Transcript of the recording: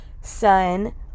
son